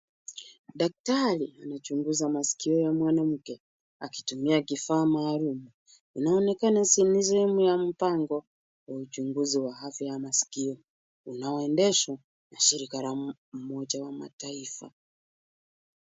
Daktari, anachunguza masikio ya mwanamke. Akitumia kifaa maalum. Inaonekana ni sehemu ya mpango wa uchunguzi wa afya ya maskio unaondeshwa na shirika la umoja wa mataifa.